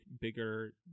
bigger